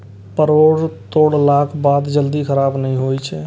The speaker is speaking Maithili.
परोर तोड़लाक बाद जल्दी खराब नहि होइ छै